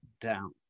down